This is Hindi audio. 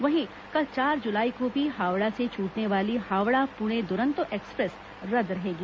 वहीं कल चार जुलाई को भी हावड़ा से छूटने वाली हावड़ा पुणे द्रंतो एक्सप्रेस रद्द रहेगी